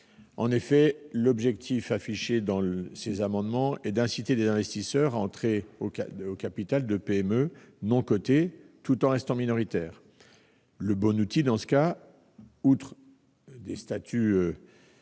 En effet, l'objectif affiché des auteurs de ces amendements est d'inciter des investisseurs à entrer au capital de PME non cotées, tout en restant minoritaires. Le bon outil, dans ce cas de figure, outre des statuts